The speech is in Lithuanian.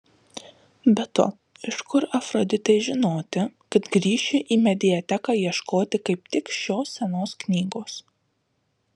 be to iš kur afroditei žinoti kad grįšiu į mediateką ieškoti kaip tik šios senos knygos